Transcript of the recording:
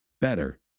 Better